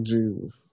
Jesus